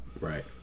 Right